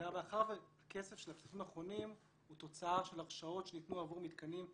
מאחר שכסף של הכספים האחרונים הוא תוצר של הרשאות שניתנו עבור מתקנים,